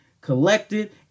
collected